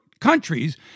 countries